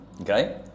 okay